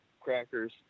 crackers